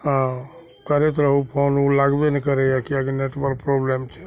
हँ करैत रहू फोन ओ लागबे नहि करैए किएकि नेटवर्क प्रॉब्लम छै